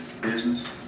business